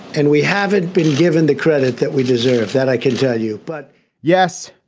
and we haven't been given the credit that we deserve that, i can tell you but yes